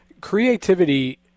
Creativity